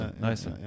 nice